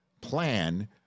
plan